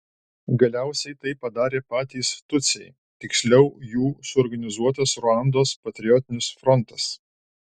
galiausiai tai padarė patys tutsiai tiksliau jų suorganizuotas ruandos patriotinis frontas